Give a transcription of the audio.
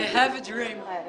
I have a dream.